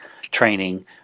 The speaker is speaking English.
training